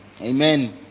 Amen